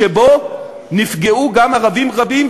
שבו נפגעו גם ערבים רבים,